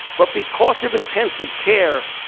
but because of intensive care,